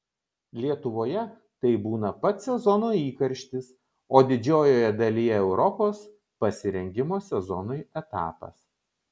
lietuvoje tai būna pats sezono įkarštis o didžiojoje dalyje europos pasirengimo sezonui etapas